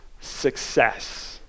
success